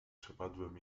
przepadłem